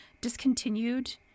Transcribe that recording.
discontinued